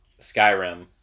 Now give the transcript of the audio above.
Skyrim